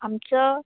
आमचं